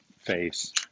face